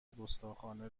گستاخانه